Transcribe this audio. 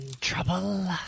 trouble